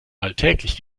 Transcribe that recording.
alltäglich